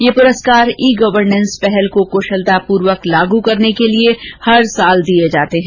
यह पुरस्कार e governance पहल को कुशलतापूर्वक लागू करने के लिए प्रत्येक वर्ष दिए जाते हैं